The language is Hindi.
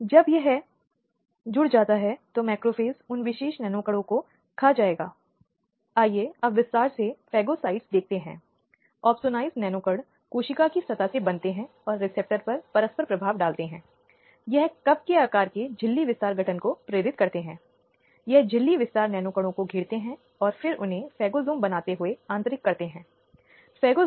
अब पहले अगर हम बात करते हैं अगर हम इसे देखते हैं आपराधिक शासन के भीतर पीड़ितों के अधिकारों के दृष्टिकोण से और सबसे पहले अगर हम बात करते हैं तो न्याय तक पहुंच है